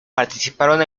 participaron